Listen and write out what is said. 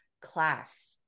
class